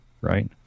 right